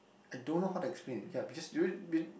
I don't know how to explain it ya because you be